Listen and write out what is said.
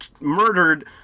murdered